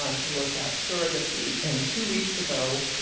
ah to look at surrogacy. and two weeks ago,